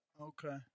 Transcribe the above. Okay